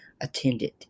attended